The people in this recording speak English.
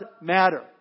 matter